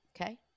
Okay